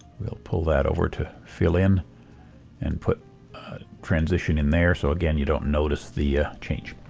we'll pull that over to fill in and put a transition in there so again you don't notice the change.